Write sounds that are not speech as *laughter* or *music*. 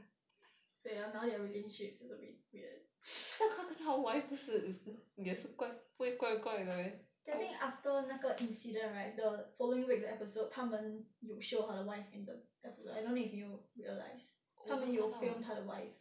so ya now their relationships is a bit weird *breath* I think after 那个 incident right the following week the episode 他们有 show 他的 wife in the episode I don't know if you realise 他们有 film 他的 wife